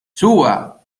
suba